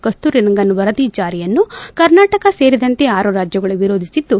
ಕಸ್ತೂರಿ ರಂಗನ್ ವರದಿ ಜಾರಿಯನ್ನು ಕರ್ನಾಟಕ ಸೇರಿದಂತೆ ಆರು ರಾಜ್ಯಗಳು ವಿರೋಧಿಸಿದ್ದು